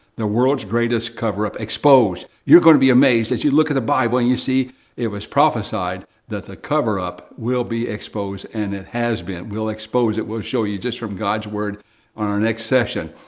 the world's greatest coverup exposed. you're going to be amazed, as you look at the bible and you see it was prophesied that the coverup will be exposed and it has been. we'll expose it, we'll show you just from god's word on our next session.